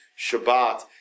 Shabbat